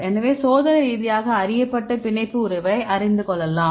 எனவே சோதனை ரீதியாக அறியப்பட்ட பிணைப்பு உறவை அறிந்து கொள்ளலாம்